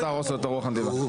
אל תהרוס לו את הרוח הנדיבה.